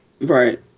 Right